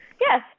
Yes